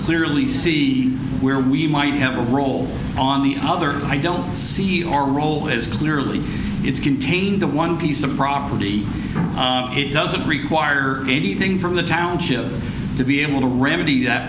clearly see where we might have a role on the other i don't see our role as clearly it's contained the one piece of property it doesn't require anything from the township to be able to remedy that